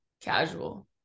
Casual